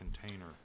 container